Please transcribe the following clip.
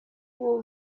will